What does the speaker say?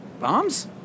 Bombs